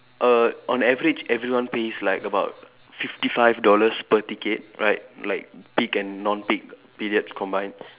err on average everyone pays like about fifty five dollars per ticket right like peak and non peak periods combined